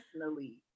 personally